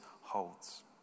holds